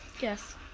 yes